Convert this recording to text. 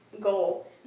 goal